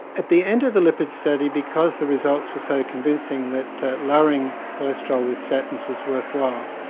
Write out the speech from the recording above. at the end of the lipid study because the results were so convincing that lowering cholesterol with statins was worthwhile,